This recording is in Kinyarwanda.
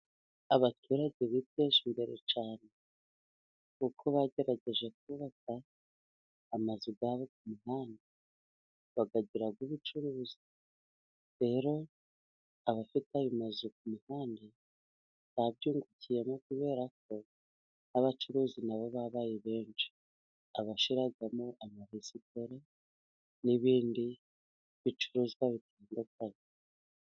Abaturage biteje imbere cyane kuko bagerageje kubaka amazu yabo ku muhanda bayagira ayubucuruzi, rero abafite ayo mazu ku mihanda babyungukiyemo kubera ko n'abacuruzi nabo babaye benshi. Abashyiramo amaresitora n'ibindi bicuruzwa bitandukanye.